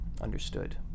understood